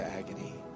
agony